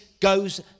goes